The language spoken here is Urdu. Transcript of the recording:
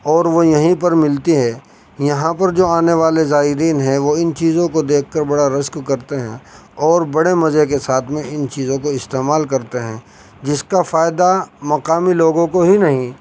اور وہ یہیں پر ملتی ہے یہاں پر جو آنے والے زائرین ہیں وہ ان چیزوں کو دیکھ کر بڑا رشک کرتے ہیں اور بڑے مزے کے ساتھ میں ان چیزوں کو استعمال کرتے ہیں جس کا فائدہ مقامی لوگوں کو ہی نہیں